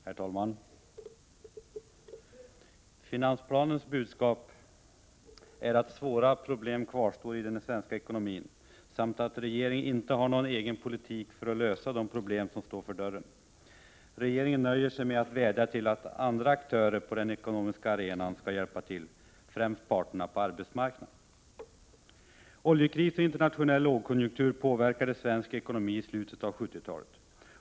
Herr talman! Finansplanens budskap är att svåra problem kvarstår i den svenska ekonomin samt att regeringen inte har någon egen politik för att lösa de problem som står för dörren. Regeringen nöjer sig med att vädja till andra aktörer på den ekonomiska arenan — främst parterna på arbetsmarknaden. Oljekris och internationell lågkonjunktur påverkade svensk ekonomi i slutet av 1970-talet.